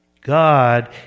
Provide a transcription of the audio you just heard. God